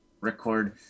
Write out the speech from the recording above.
record